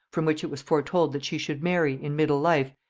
from which it was foretold that she should marry, in middle life,